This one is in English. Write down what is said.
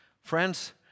friends